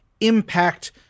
impact